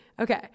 Okay